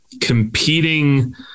competing